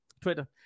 Twitter